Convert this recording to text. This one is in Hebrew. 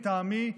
לטעמי,